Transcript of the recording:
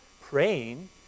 praying